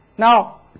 Now